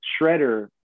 shredder